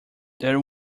there